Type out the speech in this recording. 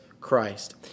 Christ